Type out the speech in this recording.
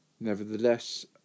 Nevertheless